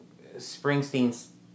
Springsteen's